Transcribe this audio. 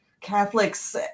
Catholics